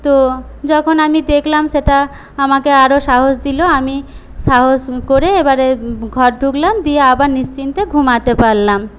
তো যখন আমি দেখলাম সেটা আমাকে আরও সাহস দিল আমি সাহস করে এবারে ঘর ঢুকলাম দিয়ে আবার নিশ্চিন্তে ঘুমাতে পারলাম